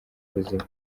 ubuzima